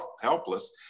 helpless